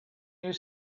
you